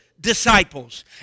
Disciples